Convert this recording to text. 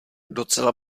docela